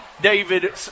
David